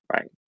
right